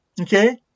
Okay